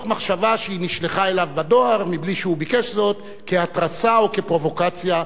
ביקש זאת, כהתרסה וכפרובוקציה,